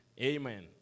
Amen